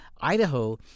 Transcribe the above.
Idaho